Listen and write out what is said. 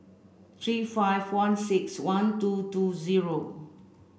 three five one six one two two zero